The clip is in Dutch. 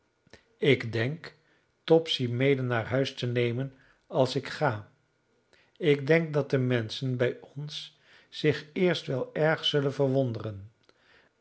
ik denk topsy mede naar huis te nemen als ik ga ik denk dat de menschen bij ons zich eerst wel erg zullen verwonderen